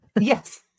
Yes